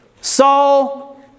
Saul